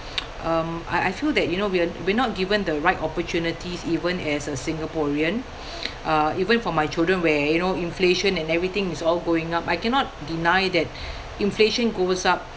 um I I feel that you know we're we're not given the right opportunities even as a singaporean uh even for my children where you know inflation and everything is all going up I cannot deny that inflation goes up